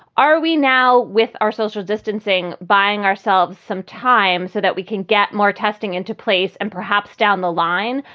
are we now with ourselves or distancing, buying ourselves some time so that we can get more testing into place and perhaps down the line,